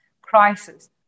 crisis